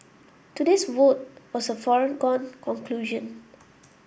today's vote was a foregone conclusion